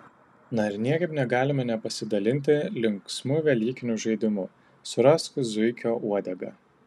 na ir niekaip negalime nepasidalinti linksmu velykiniu žaidimu surask zuikio uodegą